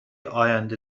آینده